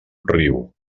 riu